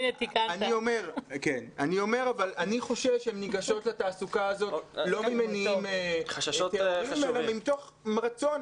אני חושש שהן ניגשות לתעסוקה הזאת לא ממניעים טהורים אלא מתוך רצון